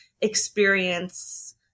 experience